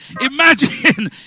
imagine